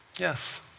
Yes